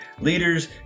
Leaders